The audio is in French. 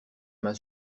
main